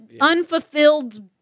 unfulfilled